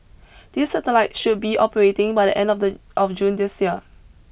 these satellites should be operating by the end of the of June this year